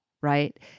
right